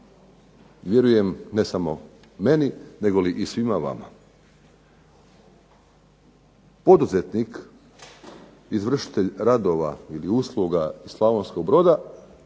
vjerujem ne samo meni, negoli i svima vama. Poduzetnik izvršitelj radova ili usluga Slavonskog Broda